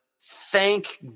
Thank